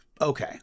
Okay